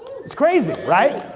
it's crazy, right?